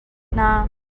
hna